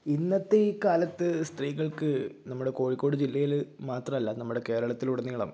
ഇന്നത്തെ ഈ കാലത്ത് സ്ത്രീകൾക്ക് നമ്മുടെ കോഴിക്കോട് ജില്ലയില് മാത്രല്ല നമ്മുടെ കേരളത്തിലൂടെ നീളം